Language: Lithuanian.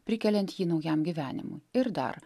prikeliant jį naujam gyvenimui ir dar